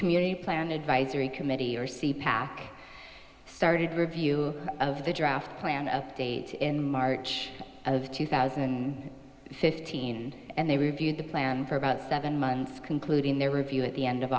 community plan advisory committee or c started review of the draft plan update in march of two thousand and fifteen and they reviewed the plan for about seven months concluding their review at the end of